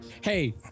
Hey